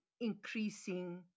increasing